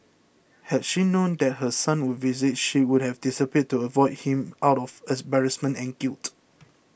had she known that her son would visit she would have disappeared to avoid him out of embarrassment and guilt